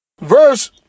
Verse